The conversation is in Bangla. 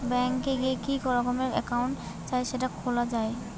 ব্যাঙ্ক এ গিয়ে কি রকমের একাউন্ট চাই সেটা খোলা যায়